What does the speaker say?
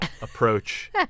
Approach